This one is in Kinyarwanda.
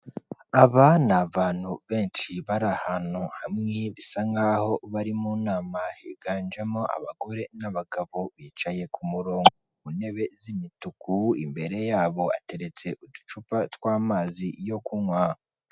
Aba ni abantu benshi bari ahantu hamwe bisa nk'aho bari mu nama, higanjemo abagore n'abagabo bicaye ku ntebe z'imituku, imbere yabo hateretse uducupa tw'amazi yo kunywa.